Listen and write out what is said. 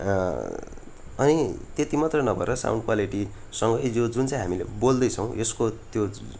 अनि त्यत्ति मात्रै नभएर साउन्ड क्वालिटीसँगै यो जुन चाहिँ हामीले बोल्दैछौँ यसको त्यो